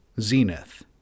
Zenith